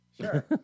Sure